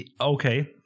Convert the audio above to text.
Okay